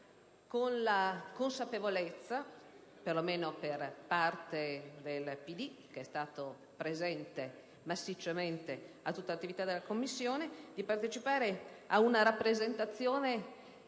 con la consapevolezza, perlomeno da parte del PD, che è stato presente massicciamente a tutta l'attività delle Commissioni, di partecipare ad una rappresentazione la